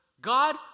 God